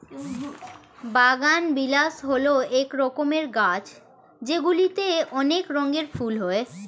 বাগানবিলাস হল এক রকমের গাছ যেগুলিতে অনেক রঙের ফুল হয়